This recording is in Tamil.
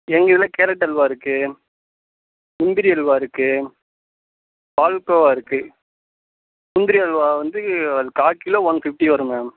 எங்கள் இதில் கேரட் அல்வா இருக்கு முந்திரி அல்வா இருக்கு பால்கோவா இருக்கு முந்திரி அல்வா வந்து கால் கிலோ ஒன் ஃபிஃப்டி வரும் மேம்